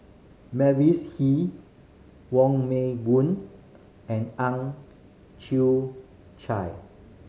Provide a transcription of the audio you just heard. Mavis Hee Wong Meng Voon and Ang Chwee Chai